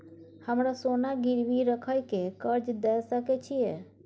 हमरा सोना गिरवी रखय के कर्ज दै सकै छिए?